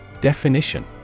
Definition